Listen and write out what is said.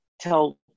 tell